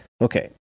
Okay